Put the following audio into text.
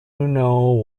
know